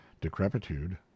decrepitude